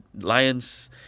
Lions